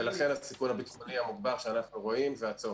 לכן הסיכון הביטחוני המוגבר שאנחנו רואים והצורך.